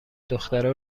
دخترا